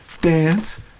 dance